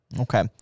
Okay